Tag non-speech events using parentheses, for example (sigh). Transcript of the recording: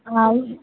(unintelligible)